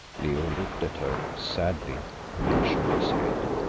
leo looked at her sadly and shook his head.